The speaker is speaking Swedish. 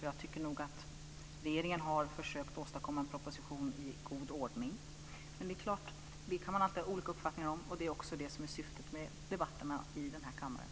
Jag tycker nog att regeringen har försökt att åstadkomma en proposition i god ordning. Men det kan man alltid ha olika uppfattningar om, och det är också det som är syftet med debatterna i den här kammaren.